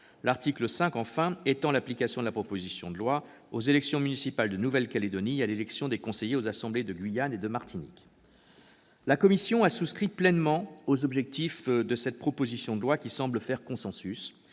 L'article 5 étend l'application de la proposition de loi aux élections municipales de Nouvelle-Calédonie et à l'élection des conseillers aux assemblées de Guyane et de Martinique. La commission des lois partage pleinement les objectifs de cette proposition de loi qui semble faire consensus